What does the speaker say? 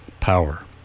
power